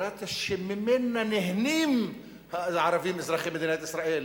בדמוקרטיה שממנה נהנים הערבים אזרחי מדינת ישראל.